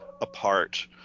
apart